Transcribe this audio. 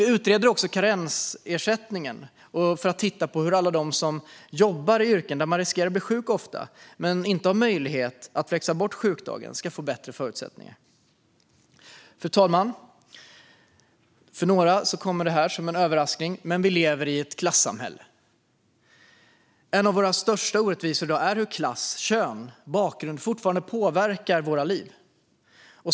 Vi utreder också karensersättningen för att titta på hur alla som jobbar i yrken där man riskerar att bli sjuk ofta men inte har möjligheten att flexa bort sjukdagen ska få bättre förutsättningar. Fru talman! För några kommer det här som en överraskning, men vi lever i ett klassamhälle. En av våra största orättvisor i dag är hur klass, kön och bakgrund fortfarande påverkar våra liv.